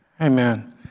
Amen